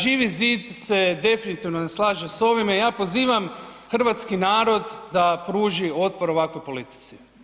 Živi zid se definitivno ne slaže s ovime, ja pozivam hrvatski narod da pruži otpor ovakvoj politici.